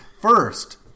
First